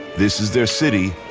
this is their city,